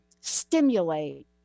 stimulate